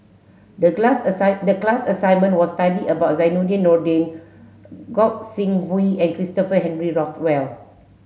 the glass the class assignment was study about Zainudin Nordin Gog Sing Hooi and Christopher Henry Rothwell